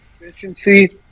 efficiency